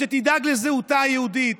שתדאג לזהות היהודית.